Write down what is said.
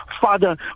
Father